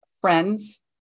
friends